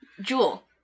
Jewel